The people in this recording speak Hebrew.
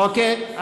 אוקיי,